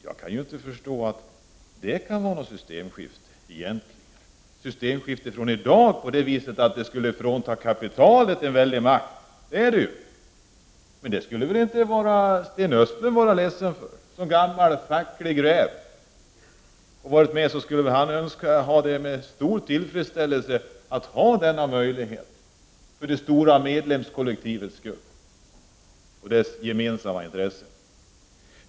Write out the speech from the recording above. Jag kan inte förstå att detta egentligen skulle vara något systemskifte. Det är ett systemskifte på så sätt att det skulle frånta kapitalet en väldig makt. Men detta borde väl inte Sten Östlund, som gammal facklig räv, vara ledsen över. Han borde väl med stor tillfredsställelse välkomna denna möjlighet för det stora medlemskollektivets skull och för dess gemensamma intressen.